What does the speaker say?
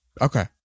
Okay